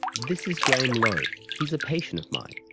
this is graham lowe, he's a patient of mine,